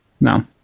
No